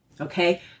Okay